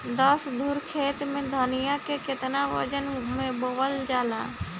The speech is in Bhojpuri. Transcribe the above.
दस धुर खेत में धनिया के केतना वजन मे बोवल जाला?